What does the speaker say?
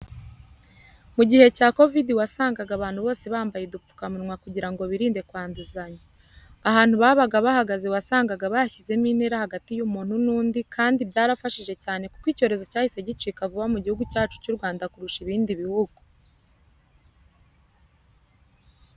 Mu gihe cya kovidi wasangaga abantu bose bambaye udupfukamunwa kugira ngo birinde kwanduzanya. Ahantu babaga bahagze wasanga bashyizemo intera hagati y'umungu n'undi kandio bayarafashije cyane kuko icyorezo cyahise gicika vuba mu gihugu cyacu cyu Rwanda kurusha ibindi bihugu.